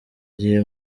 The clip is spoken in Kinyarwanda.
gihe